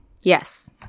Yes